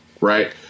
Right